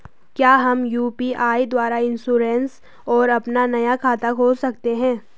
क्या हम यु.पी.आई द्वारा इन्श्योरेंस और अपना नया खाता खोल सकते हैं?